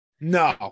no